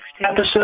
episode